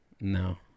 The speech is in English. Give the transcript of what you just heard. no